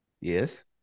Yes